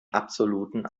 absoluten